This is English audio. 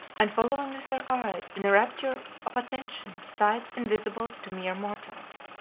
and following with her eyes, in a rapture of attention, sights invisible to mere mortals.